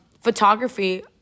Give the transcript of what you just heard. Photography